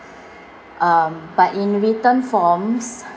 um but in written forms